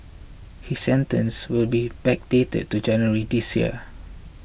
his sentence will be backdated to January this year